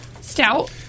Stout